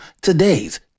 today's